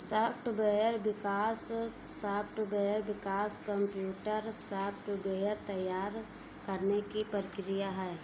software विकास software विकास computer software तैयार करने की प्रक्रिया है